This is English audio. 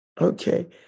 Okay